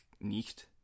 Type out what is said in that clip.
nicht